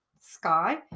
sky